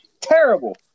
terrible